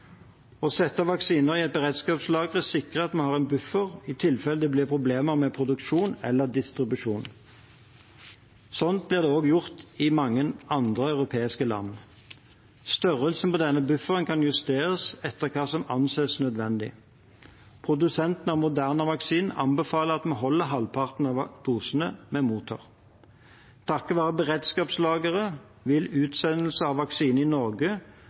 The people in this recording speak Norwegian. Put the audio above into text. sette av vaksiner i et beredskapslager sikrer at vi har en buffer i tilfelle det blir problemer med produksjon eller distribusjon. Slik blir det også gjort i mange andre europeiske land. Størrelsen på denne bufferen kan justeres etter hva som anses nødvendig. Produsenten av Moderna-vaksinen anbefaler at vi holder av halvparten av dosene vi mottar. Takket være beredskapslageret vil utsendelse av vaksiner i Norge